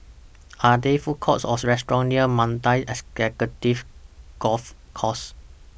Are There Food Courts Or restaurants near Mandai Executive Golf Course